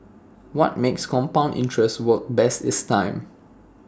what makes compound interest work best is time